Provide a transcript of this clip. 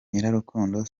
nyirarukundo